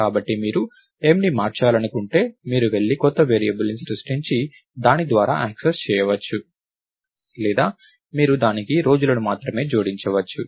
కాబట్టి మీరు mని మార్చాలనుకుంటే మీరు వెళ్లి కొత్త వేరియబుల్ని సృష్టించి దాని ద్వారా యాక్సెస్ చేయవచ్చు లేదా మీరు దానికి రోజులను మాత్రమే జోడించవచ్చు